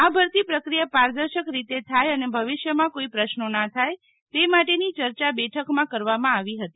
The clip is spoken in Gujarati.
આ ભરતી પ્રક્રીયા પારદર્શક રીતે થાય અને ભવિષ્યમાં કોઇ પ્રશ્નો ના થાય તે માટેની ચર્ચા બેઠકમાં કરવામાં આવી હતી